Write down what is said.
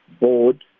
board